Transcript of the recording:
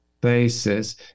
basis